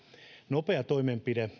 nopea toimenpide